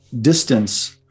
distance